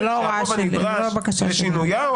זו לא בקשה שלי.